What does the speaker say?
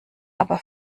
aber